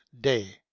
day